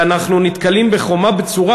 ואנחנו נתקלים בחומה בצורה,